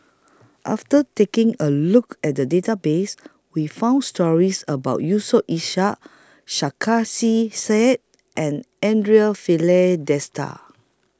after taking A Look At The Database We found stories about Yusof Ishak Sarkasi Said and Andre Filipe